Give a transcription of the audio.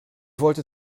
wollte